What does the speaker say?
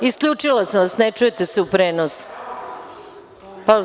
Isključila sam vas, ne čujete se u prenosu.